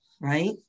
right